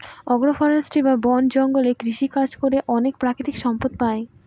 আগ্র ফরেষ্ট্রী বা বন জঙ্গলে কৃষিকাজ করে অনেক প্রাকৃতিক সম্পদ পাই